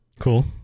Cool